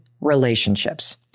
relationships